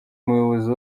umuyobozi